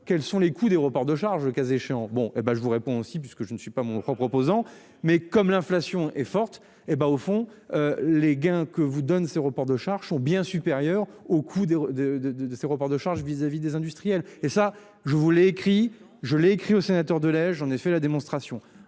quels sont les coûts des reports de charges le caser. Bon et ben je vous réponds aussi puisque je ne suis pas mon propre proposant mais comme l'inflation est forte et ben au fond les gains que vous donne ce report de charges sont bien supérieurs au coût des de de de de ces reports de charges vis-à-vis des industriels et ça je voulais écrit, je l'ai écrit au sénateur de lait, j'en ai fait la démonstration